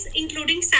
including